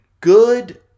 good